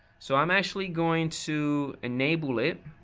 so i'm actually going to enable it.